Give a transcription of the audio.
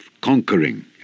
conquering